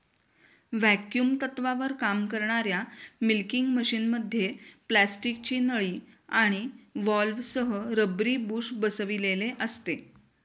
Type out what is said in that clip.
vacuum तत्त्वावर काम करणाऱ्या मिल्किंग मशिनमध्ये प्लास्टिकची नळी आणि व्हॉल्व्हसह रबरी बुश बसविलेले असते